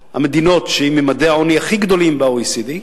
המדינות, עם ממדי העוני הכי גדולים ב-OECD,